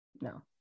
no